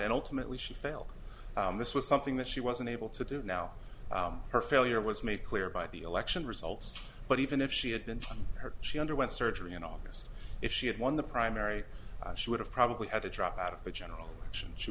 and ultimately she felt this was something that she was unable to do now her failure was made clear by the election results but even if she had been told her she underwent surgery in august if she had won the primary she would have probably had to drop out of the general election she